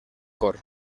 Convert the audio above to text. cor